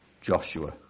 Joshua